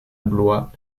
blois